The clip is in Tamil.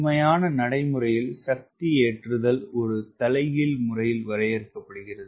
உண்மையான நடைமுறையில் பவர் லோடிங் ஒரு தலைகீழ் முறையில் வரையறுக்கப்படுகிறது